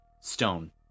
stone